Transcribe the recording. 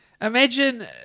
Imagine